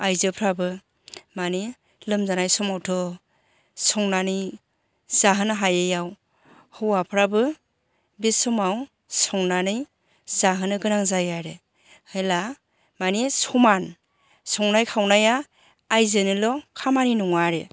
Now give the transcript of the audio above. आइजोफ्राबो मानि लोमजानाय समावथ' संनानै जाहोनो हायैआव हौवाफ्राबो बे समाव संनानै जाहोनो गोनां जायो आरो हेला माने समान संनाय खावनाया आइजोनो ल' खामानि नङा आरो